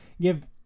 give